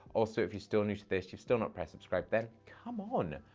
also, if you're still new to this, you've still not pressed subscribe, then come on,